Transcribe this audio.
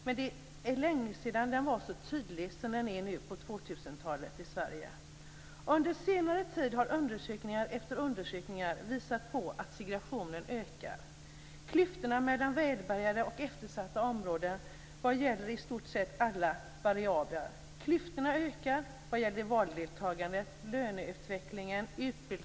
Men det är länge sedan det var så tydligt som nu på 2000-talet i Sverige. Under senare tid har undersökningar efter undersökningar visat på att segregationen ökar. Klyftorna ökar mellan välbärgade och eftersatta områden vad gäller i stort sett alla variabler.